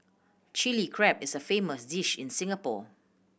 Chilli Crab is a famous dish in Singapore